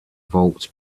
volts